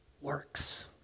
works